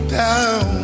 down